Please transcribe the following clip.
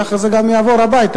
ככה זה גם יעבור הביתה,